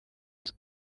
yesu